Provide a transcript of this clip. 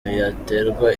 yaterwa